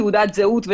תעודת זהות,